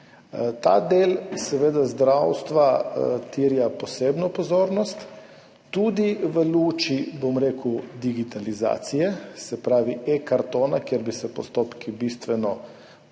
Ta del zdravstva terja posebno pozornost, tudi v luči digitalizacije, se pravi e-kartona, kjer bi se postopki bistveno